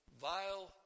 vile